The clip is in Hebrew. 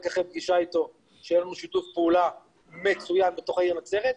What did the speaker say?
אחרי הפגישה אתו שיהיה לנו שיתוף פעולה מצוין בתוך העיר נצרת.